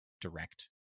direct